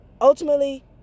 Ultimately